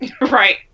Right